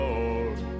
Lord